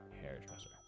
Hairdresser